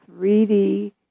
3D